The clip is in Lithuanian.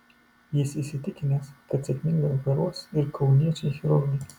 jis įsitikinęs kad sėkmingai operuos ir kauniečiai chirurgai